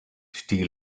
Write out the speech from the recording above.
steal